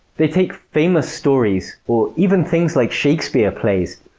they take famous stories, or even things like shakespeare plays,